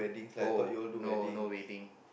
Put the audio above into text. oh no no wedding